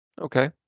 Okay